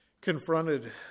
confronted